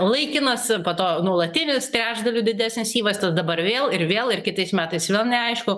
laikinas po to nuolatinis trečdaliu didesnis įvestas dabar vėl ir vėl ir kitais metais vėl neaišku